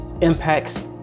impacts